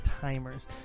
timers